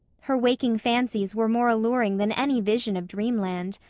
her waking fancies were more alluring than any vision of dreamland.